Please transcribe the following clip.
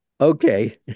Okay